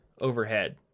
overhead